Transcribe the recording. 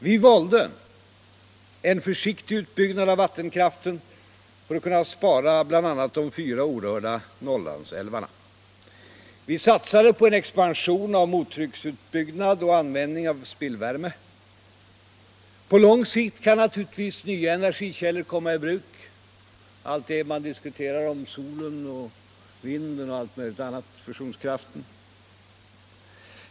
Vi valde en försiktig utbyggnad av vattenkraften för att kunna spara bl.a. de fyra orörda Norrlandsälvarna. Vi satsade på en expansion av mottrycksutbyggnad och användning av spillvärme. På lång sikt kan naturligtvis nya energikällor komma i bruk: solen, vinden, fusionskraften och allt möjligt annat som diskuteras.